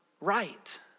right